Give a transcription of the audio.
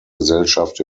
gesellschaft